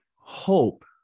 hope